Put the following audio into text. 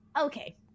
Okay